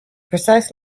precise